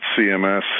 CMS